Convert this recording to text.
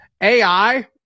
AI